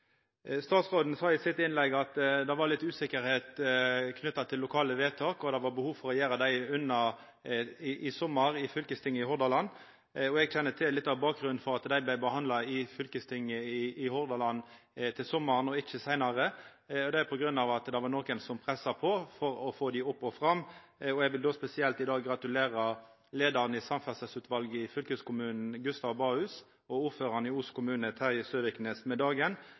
Statsråden sa i innlegget sitt at det var litt usikkerheit knytt til lokale vedtak, og det var behov for å gjera dei unna i fylkestinget i Hordaland i sommar. Eg kjenner litt av bakgrunnen for at dei vart behandla i fylkestinget i Hordaland i sommar og ikkje seinare, og det var fordi det var nokon som pressa på for å få dei opp og fram. Eg vil då i dag gratulera spesielt leiaren i samferdselsutvalet i fylkeskommunen, Gustav Bahus, og ordføraren i Os kommune, Terje Søviknes, med dagen